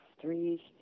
three